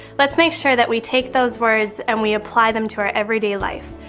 let's make sure that we take those words and we apply them to our everyday life.